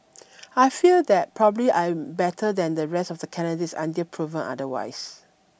I feel that probably I am better than the rest of the candidates until proven otherwise